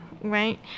right